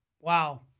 Wow